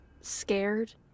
scared